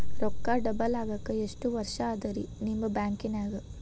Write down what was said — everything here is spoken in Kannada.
ರೊಕ್ಕ ಡಬಲ್ ಆಗಾಕ ಎಷ್ಟ ವರ್ಷಾ ಅದ ರಿ ನಿಮ್ಮ ಬ್ಯಾಂಕಿನ್ಯಾಗ?